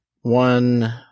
one